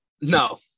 no